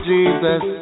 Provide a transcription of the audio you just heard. Jesus